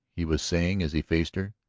he was saying as he faced her.